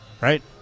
right